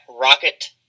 Rocket